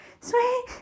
Sweet